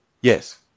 Yes